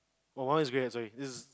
oh one has grey hair sorry this is